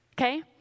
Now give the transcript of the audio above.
Okay